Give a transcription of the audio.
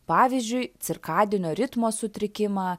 pavyzdžiui cirkadinio ritmo sutrikimą